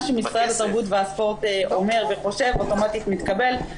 שמשרד התרבות והספורט אומר וחושב אוטומטית מתקבל.